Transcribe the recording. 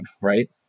right